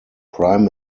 prime